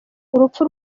urupfu